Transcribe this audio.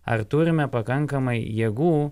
ar turime pakankamai jėgų